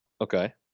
Okay